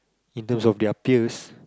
in terms of their peers